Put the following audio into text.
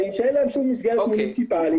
אין שום מסגרת מוניציפלית.